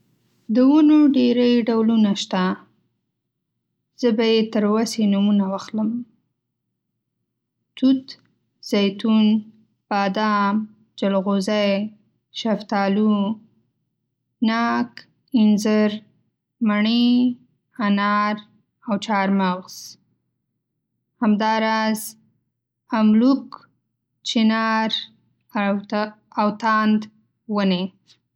د ونو ډېری ډولونه شته، زه به یې تر وسې نومونه واخلم: توت، زیتون، بادام، جلغوزی، شفتالو، ناک، انځر، مڼې، انار، او چارمغز. همداراز، املوک، چنار، او تاند ونې.